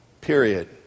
period